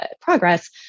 progress